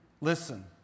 Listen